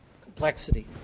complexity